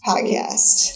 Podcast